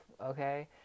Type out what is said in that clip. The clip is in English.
okay